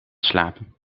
slapen